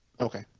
Okay